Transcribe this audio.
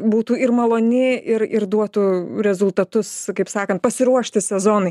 būtų ir maloni ir ir duotų rezultatus kaip sakant pasiruošti sezonui